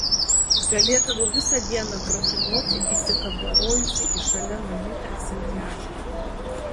galėdavau visą dieną pratūnoti įsikabarojusi į šalia namų esantį ąžuolą